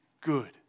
good